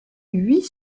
huit